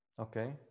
Okay